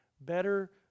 better